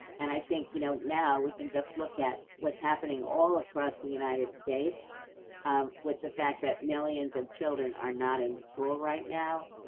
and i think, you know, now, we can just look at what's happening all across the united states with the fact that millions of children are not in school right now.